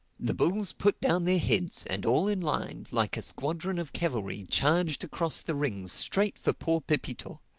the bulls put down their heads and all in line, like a squadron of cavalry, charged across the ring straight for poor pepito.